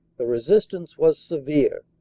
the resistance was severe,